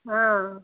ಹಾಂ